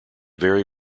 very